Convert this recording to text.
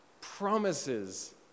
promises